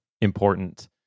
important